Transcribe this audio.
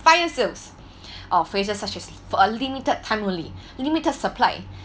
fire sales or phrases such as for a limited time only limited supply